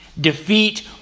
Defeat